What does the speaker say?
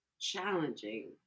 challenging